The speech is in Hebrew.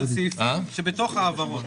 שבתוך ההעברות.